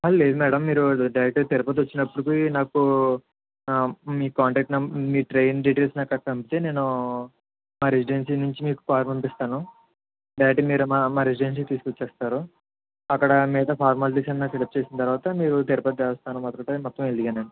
లేదు మ్యాడమ్ మీరు డైరెక్ట్గా తిరుపతి వచ్చినప్పుడుకి నాకు మీ కాంటాక్ట్ నెంబర్ మీ ట్రైన్ డీటెయిల్స్ నాకు పంపితే నేను మా రెసిడెన్సి నుంచి మీకు కార్ పంపిస్తాను డైరెక్ట్గా మీరు మా మా రెసిడెన్సికి తీసుకొస్తారు అక్కడ మిగతా ఫార్మాలిటీస్ అన్ని మీరు ఫిల్ అప్ చేసిన తర్వాత మీరు తిరుపతి దేవస్థానం మొత్తం వెళుదురుగానీ